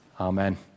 Amen